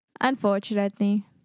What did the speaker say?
Unfortunately